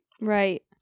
Right